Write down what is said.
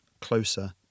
closer